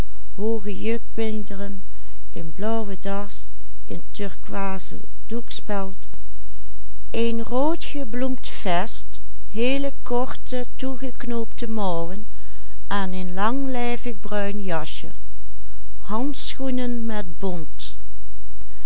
heele korte toegeknoopte mouwen aan een langlijvig bruin jasje handschoenen met bont